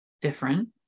different